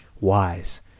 wise